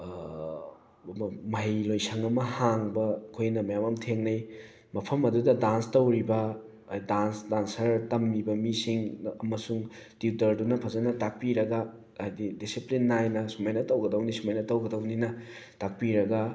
ꯃꯍꯩꯂꯣꯏꯁꯪ ꯑꯃ ꯍꯥꯡꯕ ꯑꯩꯈꯣꯏꯅ ꯃꯌꯥꯝ ꯑꯃ ꯊꯦꯡꯅꯩ ꯃꯐꯝ ꯑꯗꯨꯗ ꯗꯥꯟꯁ ꯇꯧꯔꯤꯕ ꯗꯥꯟꯁ ꯗꯥꯟꯁꯁꯔ ꯇꯝꯃꯤꯕ ꯃꯤꯁꯤꯡ ꯑꯃꯁꯨꯡ ꯇ꯭ꯌꯨꯇꯔꯗꯨꯅ ꯐꯖꯅ ꯇꯥꯛꯄꯤꯔꯒ ꯍꯥꯏꯗꯤ ꯗꯤꯁꯤꯄ꯭ꯂꯤꯟ ꯅꯥꯏꯅ ꯁꯨꯃꯥꯏꯅ ꯇꯧꯒꯗꯧꯅꯤ ꯁꯨꯃꯥꯏꯅ ꯇꯧꯒꯗꯧꯅꯤꯅ ꯇꯥꯛꯄꯤꯔꯒ